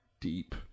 Deep